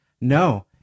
No